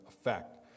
effect